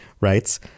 writes